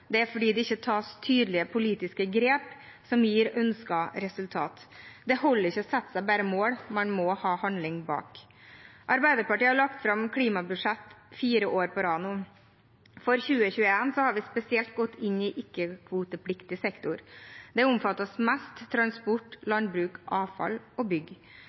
det er fordi det ikke tas tydelige politiske grep som gir ønsket resultat. Det holder ikke bare å sette seg mål, en må ha handling bak. Arbeiderpartiet har lagt fram klimabudsjett fire år på rad nå. For 2021 har vi spesielt gått inn i ikke-kvotepliktig sektor. Den omfattes mest av transport, landbruk, avfall og bygg.